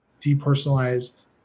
depersonalized